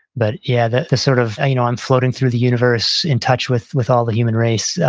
but yeah, the the sort of, you know i'm floating through the universe in touch with with all the human race.